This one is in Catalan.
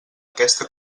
aquesta